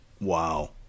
wow